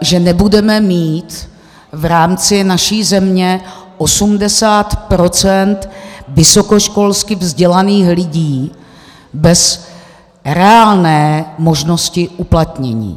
že nebudeme mít v rámci naší země 80 % vysokoškolsky vzdělaných lidí bez reálné možnosti uplatnění.